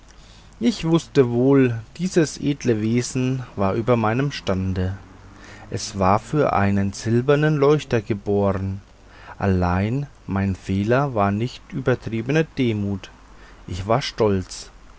ich wußte wohl dieses edle wesen war über meinem stande es war für einen silbernen leuchter geboren allein mein fehler war nicht übertriebene demut ich war stolz